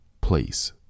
place